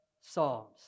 psalms